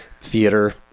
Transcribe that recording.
theater